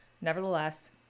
Nevertheless